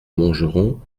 montgeron